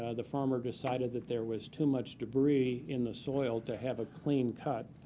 ah the farmer decided that there was too much debris in the soil to have a clean cut.